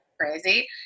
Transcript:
crazy